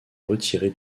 retirée